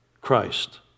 Christ